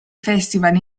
festival